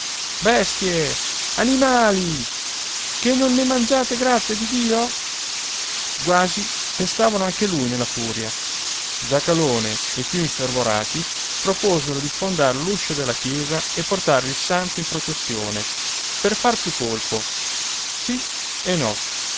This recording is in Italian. bestie animali che non ne mangiate grazia di dio quasi pestavano anche lui nella furia giacalone e i più infervorati proposero di sfondar l'uscio della chiesa e portare il santo in processione per far più colpo sì e no